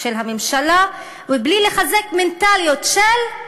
של הממשלה ומבלי לחזק את המנטליות של: